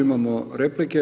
Imamo replike.